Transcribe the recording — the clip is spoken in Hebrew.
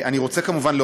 תודה, גברתי היושבת-ראש.